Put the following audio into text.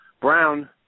Brown